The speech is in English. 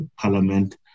parliament